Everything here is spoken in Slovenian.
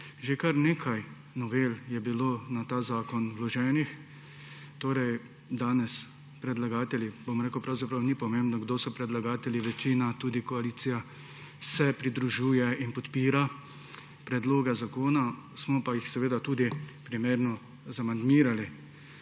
Že kar nekaj novel je bilo na ta zakon vloženih, danes se predlagatelji – bom rekel, pravzaprav ni pomembno, kdo so predlagatelji – večina, tudi koalicija pridružujejo in podpirajo predlog zakona, smo ga pa seveda tudi primerno zamandmirali.